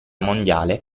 mondiale